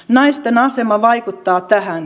naisten asema vaikuttaa tähän